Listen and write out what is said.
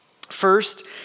First